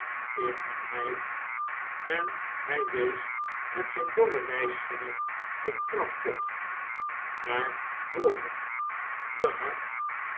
indien hij en hij wees met zijn dorren wijsvinger de trap op naar boven te hard